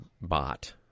bot